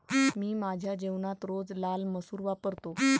मी माझ्या जेवणात रोज लाल मसूर वापरतो